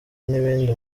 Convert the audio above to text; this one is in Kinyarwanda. n’ibindi